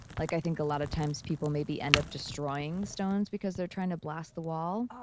like, i think a lot of times people maybe end up destroying stones because they're trying to blast the wall,